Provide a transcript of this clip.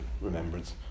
remembrance